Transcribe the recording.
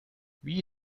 wie